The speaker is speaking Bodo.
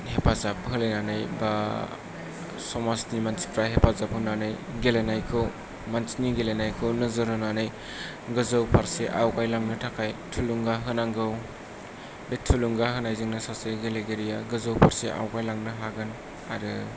हेफाजाब होलायनानै एबा समाजनि मानसिफ्रा हेफाजाब होलायनानै गेलेनायखौ मानसिनि गेलेनायखौ नोजोर होनानै गोजौ फारसे आवगाय लांनो थाखाय थुलुंगा होनांगौ बे थुलुंगा होनायजोंनो सासे गेलेगिरिया गोजौ फारसे आवगायलांनो हागोन आरो